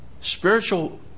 spiritual